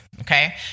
okay